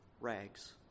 rags